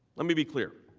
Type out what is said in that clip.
let me be clear.